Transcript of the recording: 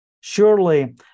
Surely